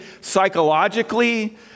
psychologically